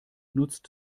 nutzt